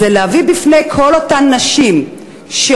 זה להביא בפני כל אותן נשים שרוצות